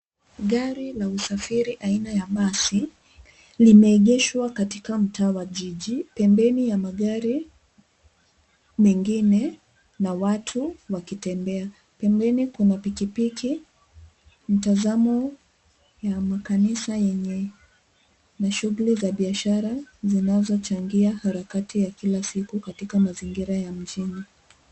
Gari la usafiri aina ya basi limeegeshwa katika mtaa wa jiji pembeni ya magari mengine na watu wakitembea. Pembeni kuna pikipiki, mtazamo ya makanisa yenye mashughuli za biashara zinazochangia harakati ya kila siku katika mazingira ya mjini.